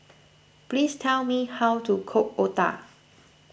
please tell me how to cook Otah